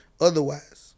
otherwise